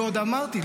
ועוד אמרתי,